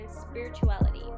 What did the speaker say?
spirituality